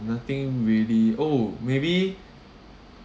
nothing really oh maybe